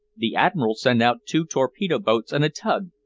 the admiral sent out two torpedo-boats and a tug,